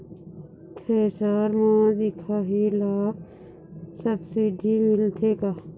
Thresher म दिखाही ला सब्सिडी मिलथे का?